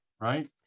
right